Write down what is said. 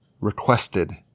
requested